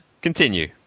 Continue